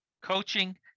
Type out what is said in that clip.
coaching